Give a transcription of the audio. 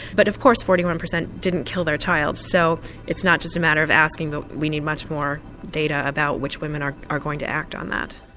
but of course forty one percent didn't kill their child so it's not just a matter of asking them, we need much more data about which women are are going to act on that.